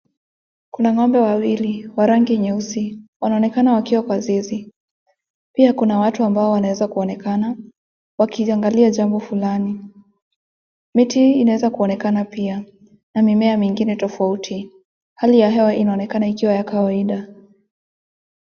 Kuna ng'ombe wawili wa rangi nyeusi .Wanaonekana wakiwa kwa zizi. Pia kuna watu ambao wanaweza kunaonekana wakiangalia jambo fulani. Miti hii inaweza kunaonekana pia na mimea mingine tofauti. Hali ya hewa inaonekana ikiwa ya kawaida.